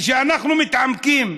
וכשאנחנו מתעמקים,